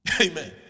Amen